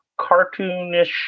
cartoonish